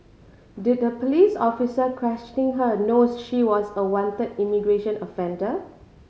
did the police officer questioning her knows she was a wanted immigration offender